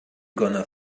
gonna